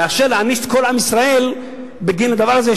מאשר להעניש את כל עם ישראל בגין הדבר הזה,